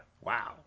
Wow